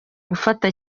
gufata